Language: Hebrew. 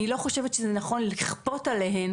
אני לא חושבת שזה נכון לכפות עליהן